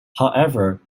however